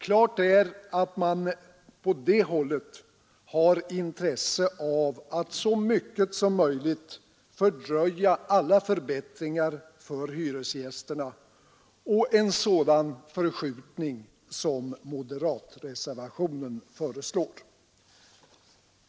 Klart är att man på det hållet har intresse av att så mycket som möjligt fördröja alla förbättringar för hyresgästerna och av att en sådan förskjutning sker som moderatreservationen föreslår.